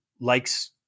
likes